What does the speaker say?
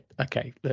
Okay